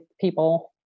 people